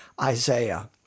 Isaiah